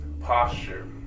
posture